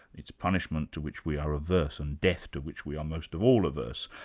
it's punishment to which we are averse, and death to which we are most of all averse.